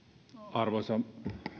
arvoisa